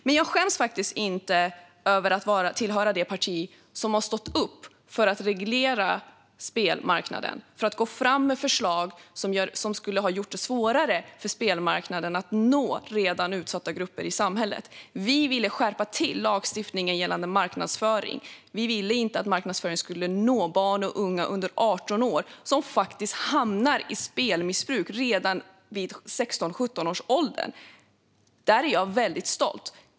Men jag skäms inte över att tillhöra det parti som har stått upp för att reglera spelmarknaden. Vi har gått fram med förslag som skulle ha gjort det svårare för spelmarknaden att nå redan utsatta grupper i samhället. Vi ville skärpa lagstiftningen gällande marknadsföring. Vi ville inte att marknadsföringen skulle nå barn och unga under 18 år. En del hamnar faktiskt i spelmissbruk redan vid 16, 17 års ålder. Där är jag väldigt stolt.